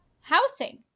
housing